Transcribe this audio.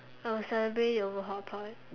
I'll celebrate it over hotpot